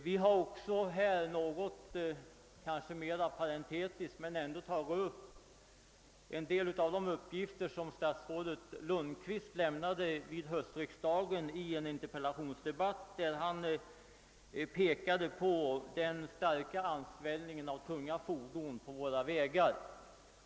Vi har också i motionen mera parentetiskt tagit upp en del av de uppgifter, som statsrådet Lundkvist lämnade vid höstriksdagen i en interpellationsdedebatt, där han pekade på den starka ansvällningen av tunga fordon på våra vägar.